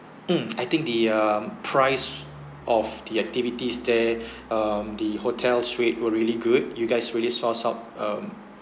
mm I think the um price of the activities there um the hotel's rate were really good you guys really sourced up um